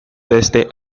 desde